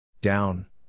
Down